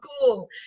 cool